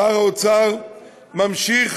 שר האוצר ממשיך